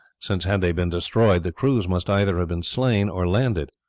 since had they been destroyed the crews must either have been slain or landed.